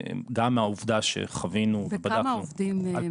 גם מהעובדה שחווינו ובדקנו --- בכמה עובדים מדובר?